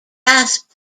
grasp